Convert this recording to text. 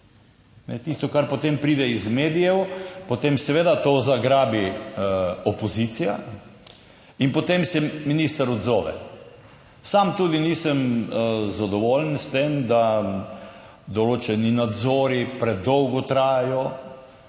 Tisto, kar potem pride iz medijev, potem seveda to zagrabi opozicija in potem se minister odzove. Sam tudi nisem zadovoljen s tem, da določeni nadzori predolgo trajajo.